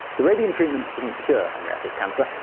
the radium treatments didn't cure henrietta's cancer.